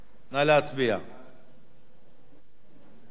חוק לתיקון פקודת העיריות (מס'